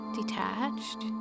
detached